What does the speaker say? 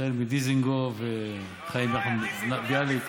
החל בדיזנגוף וחיים נחמן ביאליק.